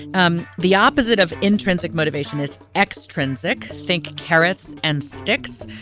um the opposite of intrinsic motivation is extrinsic. think carrots and sticks.